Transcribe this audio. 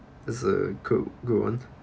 it's group go on